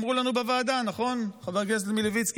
אמרו לנו בוועדה, נכון, חבר הכנסת מלביצקי?